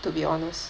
to be honest